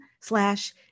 slash